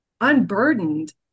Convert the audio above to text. unburdened